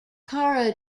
kara